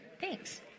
Thanks